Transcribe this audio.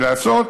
לעשות.